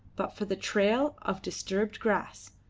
but for the trail of disturbed grass,